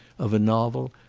of a novel,